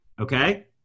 Okay